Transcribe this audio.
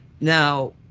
Now